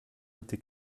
était